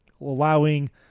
allowing